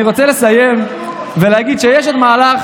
אני רוצה לסיים ולהגיד שיש עוד מהלך